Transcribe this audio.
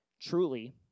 truly